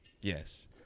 Yes